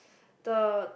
the